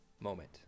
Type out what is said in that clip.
moment